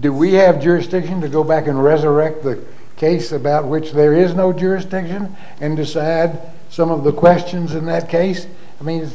do we have jurisdiction to go back and resurrect the case about which there is no tourist thing again and are sad some of the questions in that case i mean